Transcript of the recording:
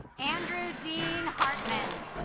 andrew dean hartman